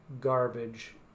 garbage